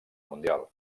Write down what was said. mundial